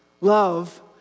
Love